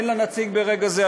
ואין לה נציג ברגע זה,